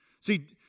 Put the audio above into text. See